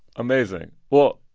amazing. well,